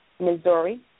Missouri